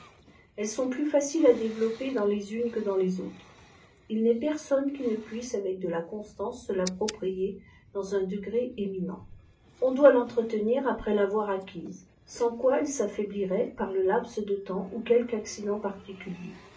files sont plus faciles à développer dans les unes que dans les autres il n'est personne qui ne puisse avec de la constance se l'approprier dans un degré éminent on doit l'entretenir après ravoir acquise sans quoi elle s'affaiblirait par le laps de temps ou quelques accidents particuliers